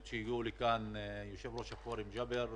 שהגיעו לכאן: יושב-ראש הפורום ג'אבר חמוד,